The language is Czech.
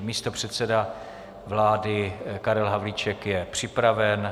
Místopředseda vlády Karel Havlíček je připraven.